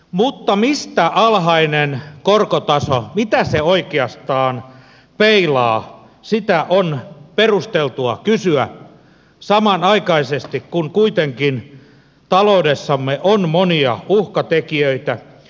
mutta mitä alhainen korkotaso oikeastaan peilaa sitä on perusteltua kysyä samanaikaisesti kun kuitenkin taloudessamme on monia uhkatekijöitä